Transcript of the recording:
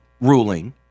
ruling